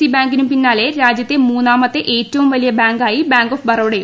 C ബാങ്കിനും പിന്നാലെ രാജ്യത്തെ മൂന്നാമത്തെ ഏറ്റവും വലിയ ബാങ്ക് ആയി ബാങ്ക് ഓഫ് ബറോഡ മാറും